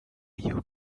you